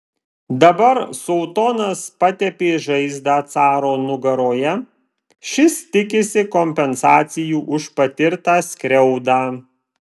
dabar sultonas patepė žaizdą caro nugaroje šis tikisi kompensacijų už patirtą skriaudą